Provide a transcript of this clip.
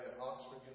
Oxford